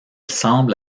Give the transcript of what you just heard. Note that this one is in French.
semble